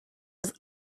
still